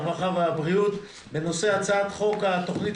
הרווחה והבריאות בנושא: הצעת חוק התכנית